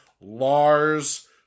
Lars